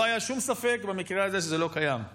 לא היה שום ספק במקרה הזה שזה לא קיים,